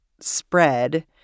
spread